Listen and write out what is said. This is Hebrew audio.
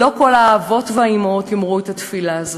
לא כל האבות והאימהות יאמרו את התפילה הזאת.